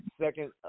second